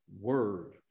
word